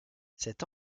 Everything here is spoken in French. cette